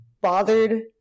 bothered